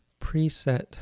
preset